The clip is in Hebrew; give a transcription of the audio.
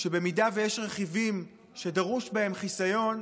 שאם יש רכיבים שדרוש בהם חיסיון,